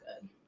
good